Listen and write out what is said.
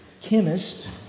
chemist